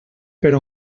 per